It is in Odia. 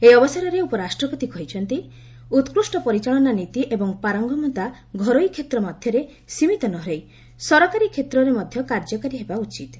ଏହି ଅବସରରେ ଉପରାଷ୍ଟ୍ରପତି କହିଛନ୍ତି ଉକ୍ରୁଷ୍ଟ ପରିଚାଳନା ନୀତି ଏବଂ ପାରଙ୍ଗମତା ଘରୋଇ କ୍ଷେତ୍ର ମଧ୍ୟରେ ସୀମିତ ନ ରହି ସରକାରୀ କ୍ଷେତ୍ରରେ ମଧ୍ୟ କାର୍ଯ୍ୟକାରୀ ହେବା ଉଚିତ୍